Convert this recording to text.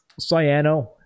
cyano